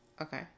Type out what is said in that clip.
Okay